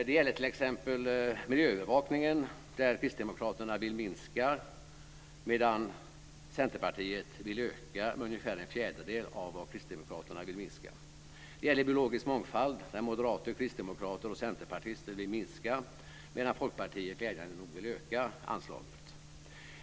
Det gäller t.ex. miljöövervakningen, där Kristdemokraterna vill minska medan Centerpartiet vill öka med ungefär en fjärdedel av vad Kristdemokraterna vill minska. Det gäller biologisk mångfald, där moderater, kristdemokrater och centerpartister vill minska medan Folkpartiet glädjande nog vill öka anslaget.